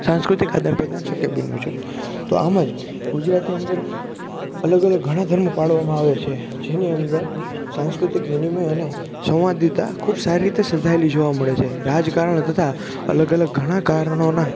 સાંસ્કૃતિક આદાન પ્રદાન શક્ય બન્યું છે તો આમ જ ગુજરાતની અંદર અલગ અલગ ઘણાં ધર્મો પાળવામાં આવે છે જેની અંદર સાંસ્કૃતિક વિનિમય અને સંવાદિતા ખૂબ સારી રીતે સંધાયેલી જોવા મળે છે રાજકારણ તથા અલગ અલગ ઘણાં કારણોના